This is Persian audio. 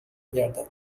گردد